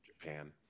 Japan